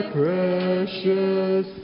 precious